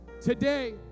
today